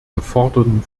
geforderten